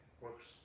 works